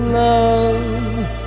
love